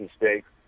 mistakes